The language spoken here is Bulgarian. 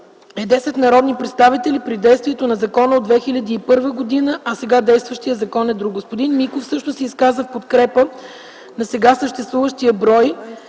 е 10 народни представители при действието на закона от 2001 г., а сега действащият закон е друг. Господин Миков също се изказа в подкрепа на сега съществуващия брой